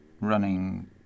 running